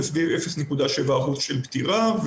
זה סביב 0.7% פטירה,